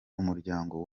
umuryango